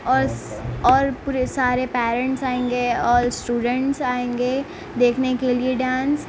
اور اور پورے سارے پیرنٹس آئیں گے اور اسٹوڈینٹس آئیں گے دیکھنے کے لیے ڈانس